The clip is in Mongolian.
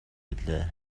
билээ